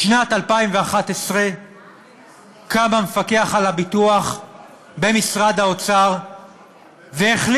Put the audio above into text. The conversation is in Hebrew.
בשנת 2011 קם המפקח על הביטוח במשרד האוצר והחליט,